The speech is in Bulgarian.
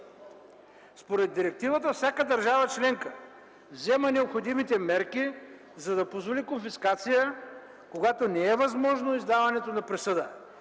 Според директивата всяка държава членка взема необходимите мерки, за да позволи конфискация, когато е невъзможно издаването на присъда.